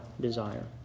desire